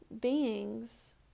beings